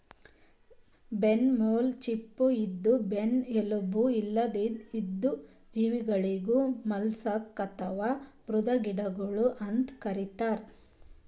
ಬೆನ್ನಮೇಲ್ ಚಿಪ್ಪ ಇದ್ದು ಬೆನ್ನ್ ಎಲುಬು ಇರ್ಲಾರ್ದ್ ಇದ್ದಿದ್ ಜೀವಿಗಳಿಗ್ ಮಲುಸ್ಕ್ ಅಥವಾ ಮೃದ್ವಂಗಿಗಳ್ ಅಂತ್ ಕರಿತಾರ್